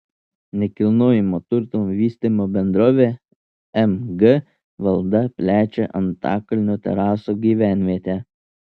nekilnojamojo turto vystymo bendrovė mg valda plečia antakalnio terasų gyvenvietę